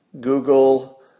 Google